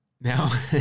Now